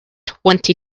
twenty